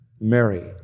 Mary